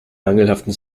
mangelhaften